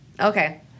Okay